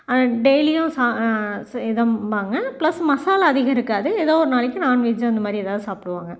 ஆனால் டெய்லியும் சா செய் இதாம்பாங்க ப்ளஸ் மசாலா அதிகம் இருக்காது ஏதோ ஒரு நாளைக்கு நான்வெஜ்ஜு அந்த மாதிரி ஏதாவது சாப்பிடுவாங்க